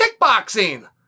kickboxing